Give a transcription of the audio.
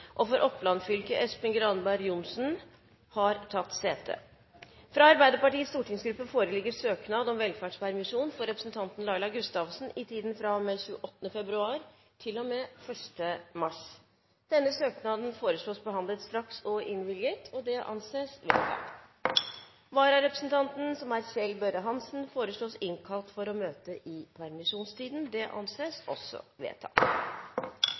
og for Oppland fylke Espen Granberg Johnsen, har tatt sete. Fra Arbeiderpartiets stortingsgruppe foreligger søknad om velferdspermisjon for representanten Laila Gustavsen i tiden fra og med 28. februar til og med 1. mars. Etter forslag fra presidenten ble enstemmig besluttet: Søknaden behandles straks og innvilges. Vararepresentanten, Kjell Børre Hansen, innkalles for å møte i permisjonstiden.